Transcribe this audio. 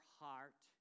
heart